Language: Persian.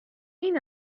این